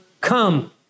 come